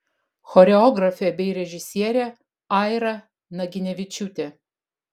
choreografė bei režisierė aira naginevičiūtė